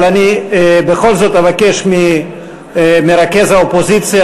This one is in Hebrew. אבל אני בכל זאת אבקש ממרכז האופוזיציה,